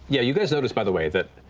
yeah you guys noticed by the way, that